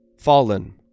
fallen